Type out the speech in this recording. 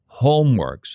homeworks